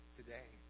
today